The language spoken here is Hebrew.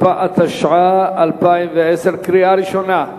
התשע"א 2010. קריאה ראשונה.